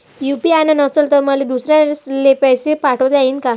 UPI नसल तर मले दुसऱ्याले पैसे पाठोता येईन का?